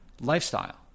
lifestyle